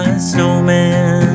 snowman